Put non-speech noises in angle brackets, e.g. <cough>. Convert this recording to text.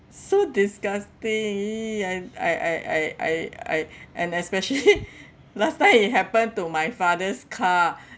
so disgusting !ee! I I I I I I and especially <laughs> last time it happened to my father's car